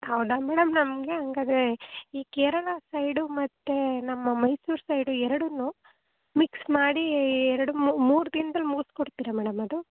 ಹೌದಾ ಮೇಡಮ್ ನಮಗೆ ಹಂಗಾದ್ರೆ ಈ ಕೇರಳ ಸೈಡು ಮತ್ತು ನಮ್ಮ ಮೈಸೂರು ಸೈಡು ಎರಡನ್ನು ಮಿಕ್ಸ್ ಮಾಡಿ ಎರಡು ಮೂರು ದಿನ್ದಲ್ಲಿ ಮುಗಿಸ್ಕೊಡ್ತೀರ ಮೇಡಮ್ ಅದು